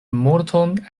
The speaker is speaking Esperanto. multon